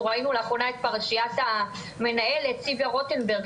אנחנו ראינו לאחרונה את פרשיית המנהלת צביה רוטנברג,